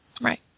Right